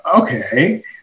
okay